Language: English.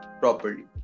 properly